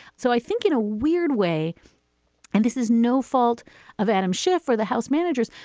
so i think in a weird way and this is no fault of adam schiff for the house managers,